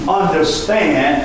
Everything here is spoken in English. understand